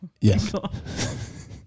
Yes